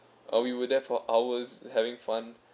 uh we were there for hours having fun